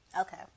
okay